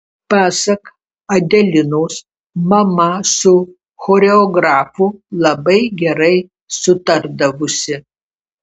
pasak adelinos mama su choreografu labai gerai sutardavusi